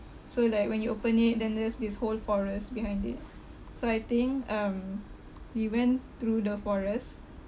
so like when you open it then there is this whole forest behind it so I think um we went through the forest